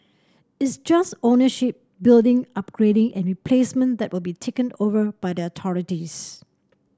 it's just ownership building upgrading and replacement that will be taken over by the authorities